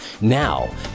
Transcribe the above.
Now